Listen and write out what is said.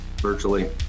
virtually